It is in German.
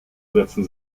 setzen